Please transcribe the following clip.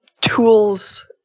tools